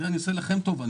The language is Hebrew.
אני עושה לכם טובה,